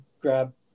grab